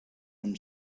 him